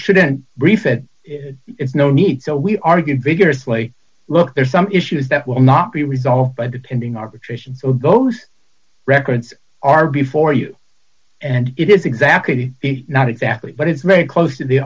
shouldn't brief it is no need so we argued vigorously look there are some issues that will not be resolved by the tending arbitration so those records are before you and it is exactly not exactly but it's very close to the